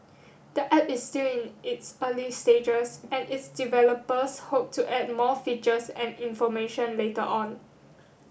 the app is still in its early stages and its developers hope to add more features and information later on